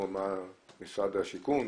משרד השיכון,